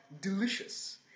delicious